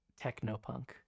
technopunk